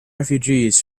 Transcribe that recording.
refugees